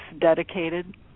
dedicated